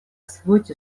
освоить